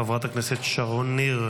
חברת הכנסת שרון ניר,